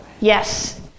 Yes